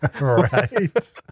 Right